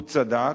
הוא צדק.